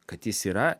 kad jis yra